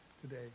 today